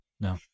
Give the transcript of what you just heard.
no